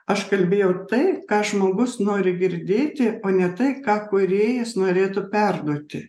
aš kalbėjau tai ką žmogus nori girdėti o ne tai ką kūrėjas norėtų perduoti